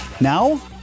now